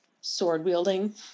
sword-wielding